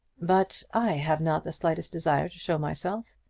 but i have not the slightest desire to show myself.